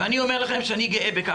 ואני אומר לכם שאני גאה בכך.